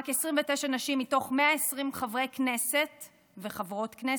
רק 29 נשים מתוך 120 חברי כנסת וחברות כנסת,